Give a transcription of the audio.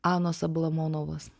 anos ablamonovos